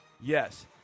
Yes